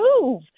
move